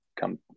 come